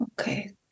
Okay